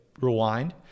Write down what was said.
rewind